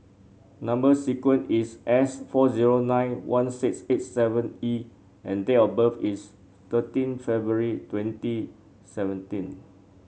number sequence is S four zero nine one six eight seven E and date of birth is thirteen February twenty seventeen